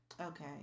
Okay